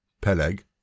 Peleg